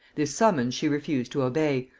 this summons she refused to obey,